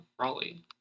raleigh